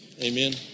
Amen